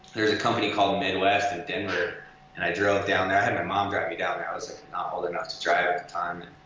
there's a company called midwest in denver and i drove down there, i had my mom drive me down there, i was not old enough to drive at the time.